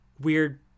weird